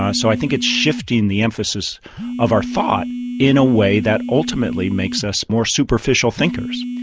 ah so i think it's shifting the emphasis of our thought in a way that ultimately makes us more superficial thinkers.